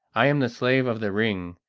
i am the slave of the ring,